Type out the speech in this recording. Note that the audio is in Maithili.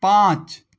पाँच